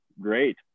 great